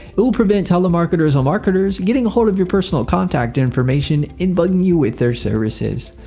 it will prevent telemarketers and marketers getting a hold of your personal contact information and bugging you with their services.